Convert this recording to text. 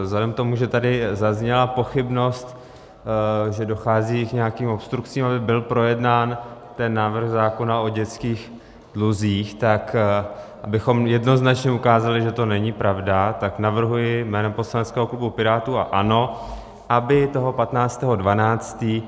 Vzhledem k tomu, že tady zazněla pochybnost, že dochází k nějakým obstrukcím, aby byl projednán ten návrh zákona o dětských dluzích, tak abychom jednoznačně ukázali, že to není pravda, tak navrhuji jménem poslaneckého klubu Pirátů a ANO, aby toho 15. 12.